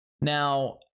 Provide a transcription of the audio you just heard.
Now